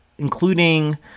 including